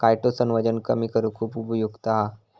chitosan वजन कमी करुक खुप उपयुक्त हा